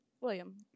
william